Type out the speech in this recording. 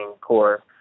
core